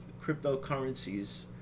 cryptocurrencies